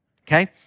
okay